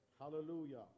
Hallelujah